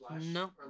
No